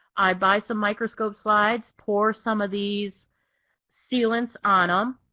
i buy some microscope slides, pour some of these sealants on um